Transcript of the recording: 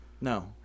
No